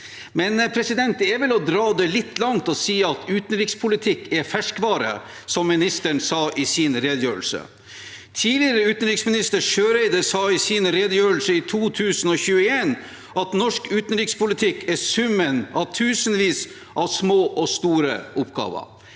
Likevel er det vel å dra det litt langt å si at utenrikspolitikk er ferskvare, som utenriksministeren sa i sin redegjørelse. Tidligere utenriksminister Søreide sa i sin redegjørelse i 2021 at norsk utenrikspolitikk er summen av tusenvis av små og store oppgaver.